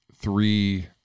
three